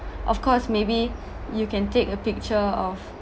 of course maybe you can take a picture of